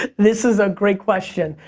this is a great question.